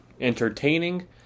entertaining